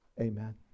amen